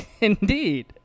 Indeed